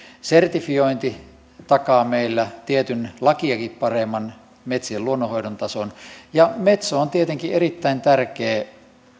sertifiointi takaa meillä tietyn lakiakin paremman metsien luonnonhoidon tason ja metso on tietenkin erittäin tärkeä